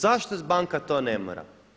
Zašto banka to ne mora?